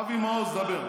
אבי מעוז, דבר.